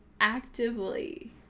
actively